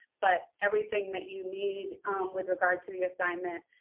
but everything that you need with regard to the assignment